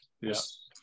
Yes